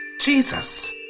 Jesus